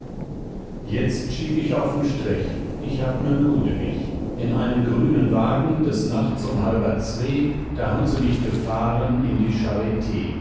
jetzt schieb ich auf'n strich ich hab nen ludewich in einem grünen wagen des nachts um halber zwee da ha'm sie mich gefahren in die charit